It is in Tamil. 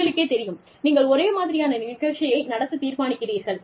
உங்களுக்கே தெரியும் நீங்கள் ஒரே மாதிரியான நிகழ்ச்சியை நடத்த தீர்மானிக்கிறீர்கள்